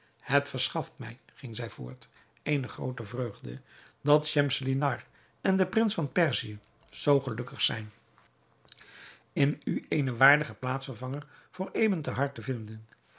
het verschaft mij ging zij voort eene groote vreugde dat schemselnihar en de prins van perzië zoo gelukkig zijn in u eenen waardigen plaatsvervanger voor ebn thahar te vinden